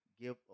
give